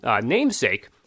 namesake